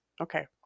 Okay